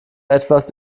etwas